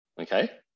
Okay